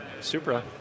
Supra